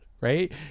right